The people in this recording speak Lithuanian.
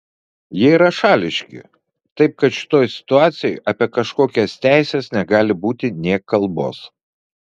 jie yra šališki taip kad šitoj situacijoj apie kažkokias teises negali būti nė kalbos